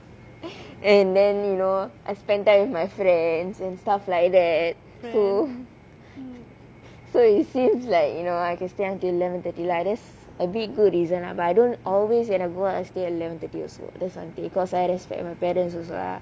and then you know I spend time with my friends and stuff like that too so it seems like you know I can stay until eleven thirty lah that's a bit good reason lah but I don't always when I go out stay until eleven thirty also because I respect my parents also lah